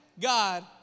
God